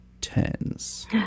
tens